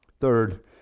Third